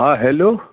हा हेलो